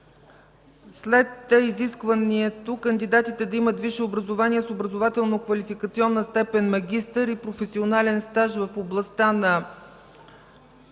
след изискването кандидатите да „имат висше образование с образователно-квалификационна степен „Магистър” и професионален стаж в областта”,